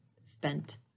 spent